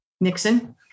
Nixon